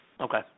Okay